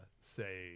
Say